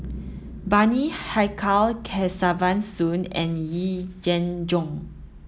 Bani Haykal Kesavan Soon and Yee Jenn Jong